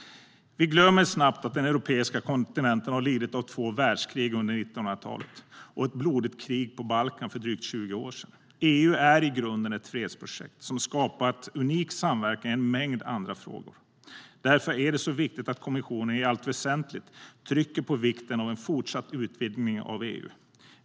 Vi glömmer snabbt att den europeiska kontinenten har genomlidit två världskrig under 1900-talet och ett blodigt krig på Balkan för drygt 20 år sen. EU är i grunden ett fredsprojekt som skapat unik samverkan i en mängd andra frågor. Därför är det så viktigt att kommissionen i allt väsentligt trycker på vikten av en fortsatt utvidgning av EU.